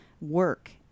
work